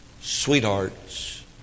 Sweethearts